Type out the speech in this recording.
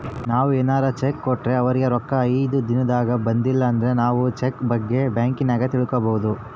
ನಾವು ಏನಾರ ಚೆಕ್ ಕೊಟ್ರೆ ಅವರಿಗೆ ರೊಕ್ಕ ಐದು ದಿನದಾಗ ಬಂದಿಲಂದ್ರ ನಾವು ಚೆಕ್ ಬಗ್ಗೆ ಬ್ಯಾಂಕಿನಾಗ ತಿಳಿದುಕೊಬೊದು